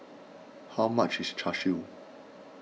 how much is Char Siu